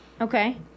okay